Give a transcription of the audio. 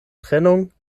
trennung